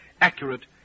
Accurate